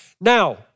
Now